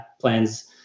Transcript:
plans